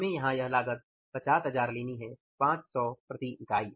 हमें यहां यह लागत 50000 लेनी है 500 प्रति इकाई